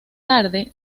tarde